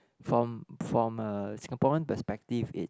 from from a Singaporean perspective it's